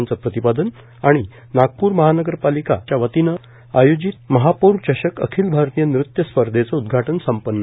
यांचं प्रतिपादन आणि नागपूर महानगरपालिका वतीन आयोजित महापौर चषक अखिल भारतीय नृत्य स्पर्धेच उद्घाटन संपन्न